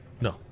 No